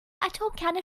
atomkerne